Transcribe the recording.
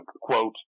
quote